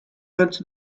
rente